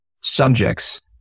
subjects